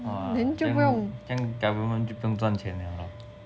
!wah! 这样这样 government 就不用赚钱 liao lor